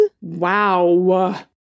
Wow